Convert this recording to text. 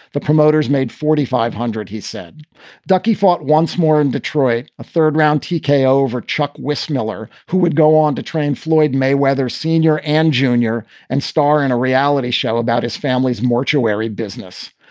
the promoters made forty five hundred. he said ducky fought once more in detroit. a third round t k. over chuck west miller, who would go on to train floyd mayweather, senior and junior and star in a reality show about his family's mortuary business.